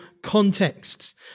contexts